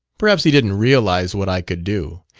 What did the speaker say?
perhaps he didn't realize what i could do.